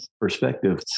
perspective